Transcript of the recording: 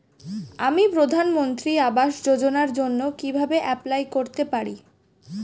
আমি প্রধানমন্ত্রী আবাস যোজনার জন্য কিভাবে এপ্লাই করতে পারি?